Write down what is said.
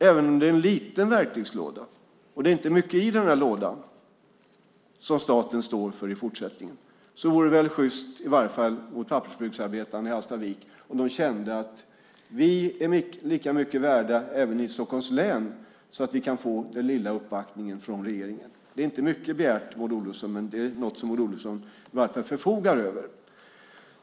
Även om det är en liten verktygslåda och inte mycket i den låda som staten står för i fortsättningen vore det i varje fall sjyst mot pappersbruksarbetarna i Hallstavik om de kände att vi i Stockholms län är lika mycket värda så att vi kan få den lilla uppbackningen från regeringen. Det är inte mycket begärt, Maud Olofsson, men det är något som Maud Olofsson i varje fall förfogar över.